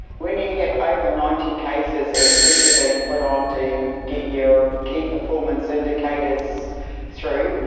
when you have over ninety cases, and pressure being put on to get your key performance indicators through,